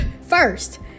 first